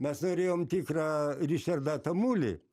mes norėjom tikrą ričardą tamulį